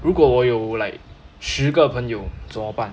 如果我有 like 十个朋友怎么办